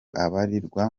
abarirwa